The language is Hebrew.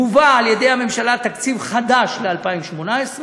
מובא על-ידי הממשלה תקציב חדש ל-2018,